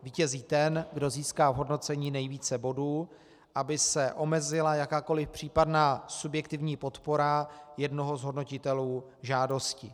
Vítězí ten, kdo získá v hodnocení nejvíce bodů, aby se omezila jakákoli případná subjektivní podpora jednoho z hodnotitelů žádosti.